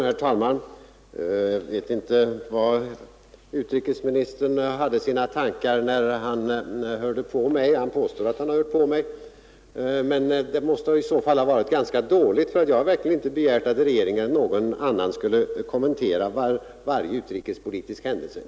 Herr talman! Jag vet inte var utrikesministern hade sina tankar när jag höll mitt anförande; han påstår att han hörde på mig, men det måste han i så fall ha gjort ganska dåligt. Jag har verkligen inte begärt att regeringen eller någon annan skulle kommentera varje utrikespolitisk händelse.